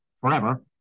forever